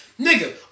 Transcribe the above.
Nigga